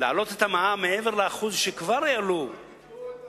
להעלות את המע"מ מעבר ל-1% שכבר העלו אבל ביטלו את